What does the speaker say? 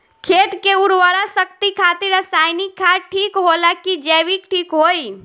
खेत के उरवरा शक्ति खातिर रसायानिक खाद ठीक होला कि जैविक़ ठीक होई?